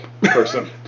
person